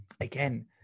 Again